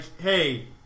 hey